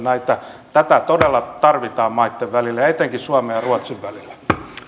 tätä todella tarvitaan maitten välillä ja etenkin suomen ja ruotsin välillä